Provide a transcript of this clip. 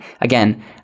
again